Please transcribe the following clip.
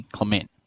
Clement